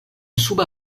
suba